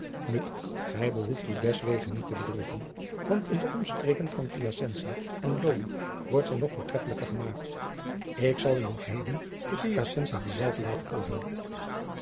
nu gij behoeft u deswegens niet te bedroeven want in de omstreken van piacensa en lodi wordt zij nog voortreffelijker gemaakt ik zal u nog heden te piacensa dezelve laten proeven